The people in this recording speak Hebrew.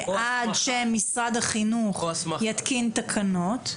עד שמשרד החינוך יתקין תקנות,